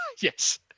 Yes